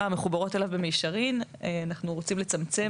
'מחוברות אליו במישרין' אנחנו רוצים לצמצם,